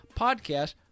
podcast